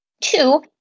Two